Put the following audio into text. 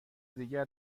دیگر